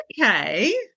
Okay